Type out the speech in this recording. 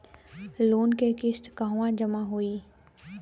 Loan के किस्त कहवा जामा होयी?